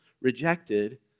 rejected